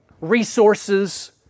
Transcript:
resources